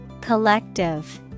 Collective